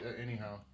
anyhow